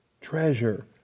Treasure